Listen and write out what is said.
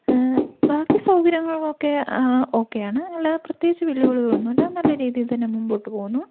ബാക്കി സൗകര്യങ്ങൾക്കൊക്കെ ഓക്കെ ആണ് അല്ലാതെ പ്രത്യേകിച്ച് വെല്ലുവിളികൾ ഒന്നുമില്ല നല്ല രീതിയിൽ തന്നെ മുമ്പോട്ട് പോവുന്നു